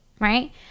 Right